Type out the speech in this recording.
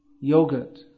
Yogurt